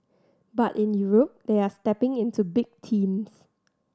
but in Europe they are stepping into big teams